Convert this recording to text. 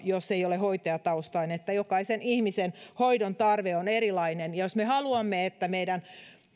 sanoo jos ei ole hoitajataustainen että jokaisen ihmisen hoidontarve on erilainen jos me haluamme että meidän